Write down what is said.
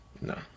No